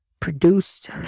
produced